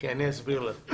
אני אסביר לך.